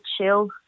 chill